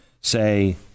say